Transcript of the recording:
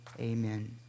Amen